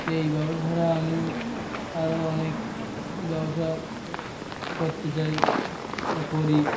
এই ব্যবসা ছাড়া আমি আরও অনেক ব্যবসা করতে চাই আরও করি